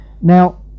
now